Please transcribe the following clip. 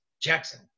Jackson